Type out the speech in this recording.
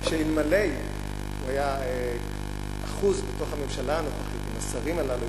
שאלמלא הוא היה אחוז בתוך הממשלה הנוכחית עם השרים הללו,